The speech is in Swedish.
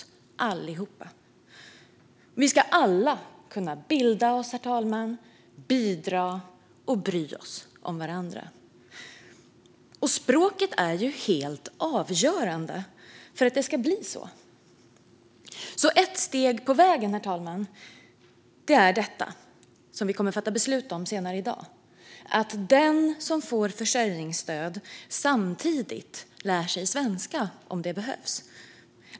Vi ska alla kunna bilda oss, herr talman, bidra och bry oss om varandra. Språket är helt avgörande för att det ska bli så. Ett steg på vägen är det vi ska fatta beslut om senare i dag, nämligen att den som får försörjningsstöd samtidigt, om det behövs, ska lära sig svenska.